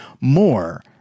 more